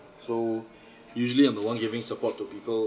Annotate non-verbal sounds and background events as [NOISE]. so [BREATH] usually I'm the one giving support to people